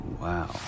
Wow